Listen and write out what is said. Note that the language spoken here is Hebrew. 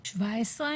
17,